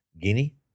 Guinea